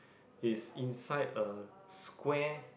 it's inside a square